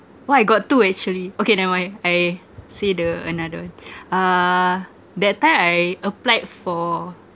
!wah! I got two actually okay never mind I say the another one uh that time I applied for